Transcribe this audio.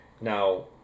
Now